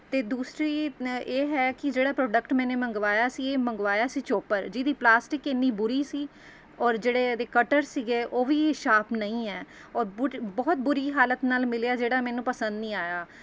ਅਤੇ ਦੂਸਰੀ ਨ ਇਹ ਹੈ ਕਿ ਜਿਹੜਾ ਪ੍ਰੋਡਕਟ ਮੈਨੇ ਮੰਗਵਾਇਆ ਸੀ ਇਹ ਮੰਗਵਾਇਆ ਸੀ ਚੋਪਰ ਜਿਹਦੀ ਪਲਾਸਟਿਕ ਇੰਨੀ ਬੁਰੀ ਸੀ ਔਰ ਜਿਹੜੇ ਇਹਦੇ ਕਟਰ ਸੀਗੇ ਉਹ ਵੀ ਸ਼ਾਰਪ ਨਹੀਂ ਹੈ ਔਰ ਬੂਟ ਬਹੁਤ ਬੁਰੀ ਹਾਲਤ ਨਾਲ ਮਿਲਿਆ ਜਿਹੜਾ ਮੈਨੂੰ ਪਸੰਦ ਨਹੀਂ ਆਇਆ